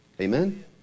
Amen